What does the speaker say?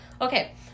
Okay